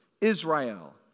Israel